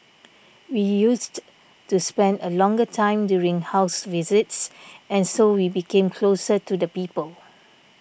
we used to spend a longer time during house visits and so we became closer to the people